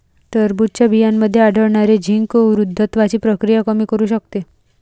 टरबूजच्या बियांमध्ये आढळणारे झिंक वृद्धत्वाची प्रक्रिया कमी करू शकते